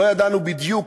לא ידענו בדיוק,